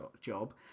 job